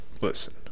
Listen